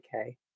okay